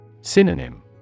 Synonym